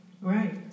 Right